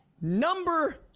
number